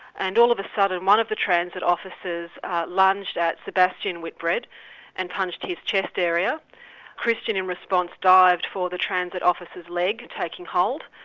and all of a sudden one of the transit officers lunged at sebastian whitbread and punched his chest area christian in response dived for the transit officer's leg, taking hold,